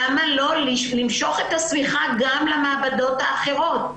למה לא למשוך את השמיכה גם למעבדות האחרות.